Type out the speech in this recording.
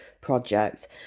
project